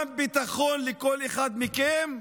גם ביטחון לכל אחד מכם,